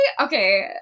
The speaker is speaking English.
okay